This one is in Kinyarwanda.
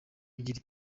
igira